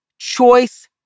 choice